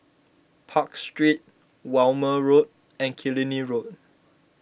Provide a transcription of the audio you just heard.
Park Street Walmer Road and Killiney Road